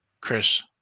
Chris